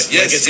Yes